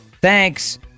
Thanks